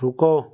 रुको